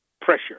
pressure